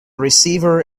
receiver